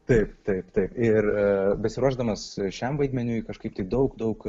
taip taip taip ir besiruošdamas šiam vaidmeniui kažkaip tiek daug daug